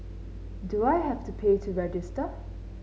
do I have to pay to register